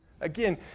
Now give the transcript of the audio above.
Again